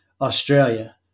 Australia